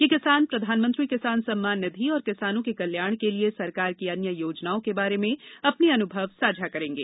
ये किसान प्रधानमंत्री किसान सम्मान निधि और किसानों के कल्याण के लिए सरकार की अन्य योजनाओं के बारे में अपने अनुभव साझा करेंगे